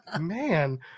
Man